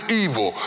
evil